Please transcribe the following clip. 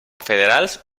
federals